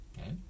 Okay